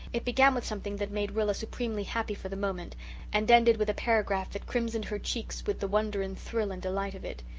it began with something that made rilla supremely happy for the moment and ended with a paragraph that crimsoned her cheeks with the wonder and thrill and delight of it.